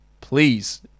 please